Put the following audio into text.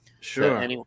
Sure